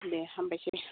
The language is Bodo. दे हामबायसै